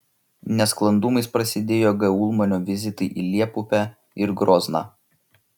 nesklandumais prasidėjo g ulmanio vizitai į liepupę ir grozną